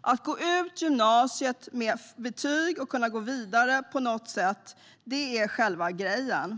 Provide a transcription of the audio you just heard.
Att gå ut gymnasiet med betyg och kunna gå vidare på något sätt - det är själva grejen.